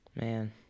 Man